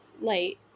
light